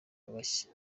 bashya